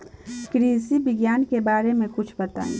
कृषि विज्ञान के बारे में कुछ बताई